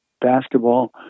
basketball